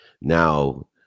now